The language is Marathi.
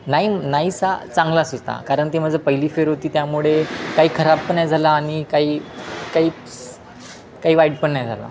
नाई नाईसा चांगलाच होता कारण ते माझं पहिली फेरी होती त्यामुळे काही खराब पण नाही झाला आणि काही काही काही वाईट पण नाही झाला